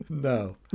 No